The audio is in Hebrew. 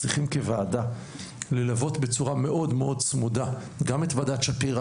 הוועדה צריכה ללוות בצורה מאוד צמודה את ועדת שפירא,